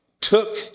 took